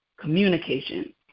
Communication